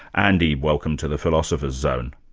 andy, welcome to the philosopher's zone.